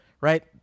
Right